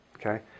okay